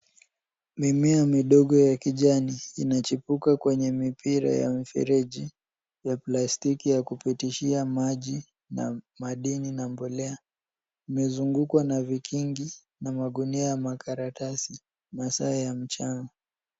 Mimea midogo ya kijani inachipuka kwenye mipira ya mifereji ya plastiki ya kupitishia maji ya madini na mbolea. Imezungukwa na vikingi na magunia ya makaratasi. Masaa ya mchana.